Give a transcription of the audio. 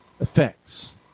effects